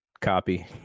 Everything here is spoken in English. copy